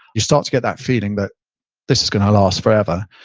you start to get that feeling that this is going to last forever.